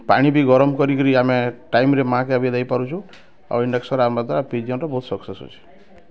ପାଣି ବି ଗରମ୍ କରିକିରି ଆମେ ଟାଇମ୍ ରେ ମାଆ କେ ବି ଦେଇ ପାରୁଛୁ ଆଉ ଇଂଡକ୍ସନ୍ ଆନ୍ବାର୍ ଦ୍ଵାରା ପିଜଅନ୍ ର ବହୁତ୍ ସକ୍ସେସ୍ ହେଉଛେ